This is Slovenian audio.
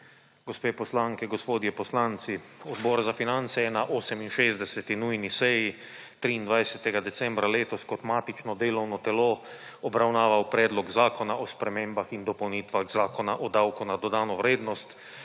Gospe poslanke, gospodje poslanci. Odbor za finance je na 68. nujni seji, 23. decembra letos kot matično delovno telo obravnaval Predlog zakona o spremembah in dopolnitvah Zakona o davku na dodano vrednost,